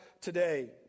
today